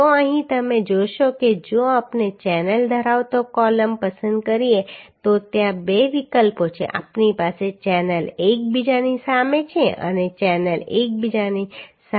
તો અહીં તમે જોશો કે જો આપણે ચેનલ ધરાવતો કોલમ પસંદ કરીએ તો ત્યાં બે વિકલ્પો છે આપણી પાસે ચેનલ એકબીજાની સામે છે અને ચેનલ એકબીજાની સામે છે